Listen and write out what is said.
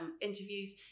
interviews